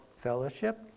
Fellowship